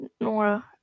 Nora